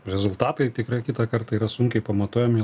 rezultatai tikrai kitą kartą yra sunkiai pamatuojami